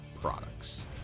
products